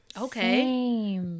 okay